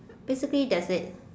basically that's it